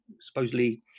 supposedly